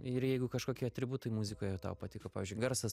ir jeigu kažkokie atributai muzikoje tau patiko pavyzdžiui garsas